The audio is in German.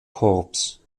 korps